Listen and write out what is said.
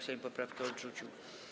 Sejm poprawkę odrzucił.